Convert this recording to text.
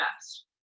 best